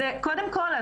קודם כל,